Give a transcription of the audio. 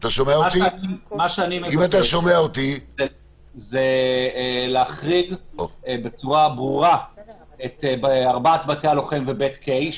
מה שאני מבקש זה להחריג בצורה ברורה את ארבעת בתי הלוחם ובית קיי,